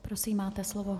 Prosím, máte slovo.